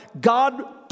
God